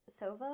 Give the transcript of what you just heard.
Sova